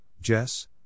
Jess